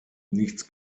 nichts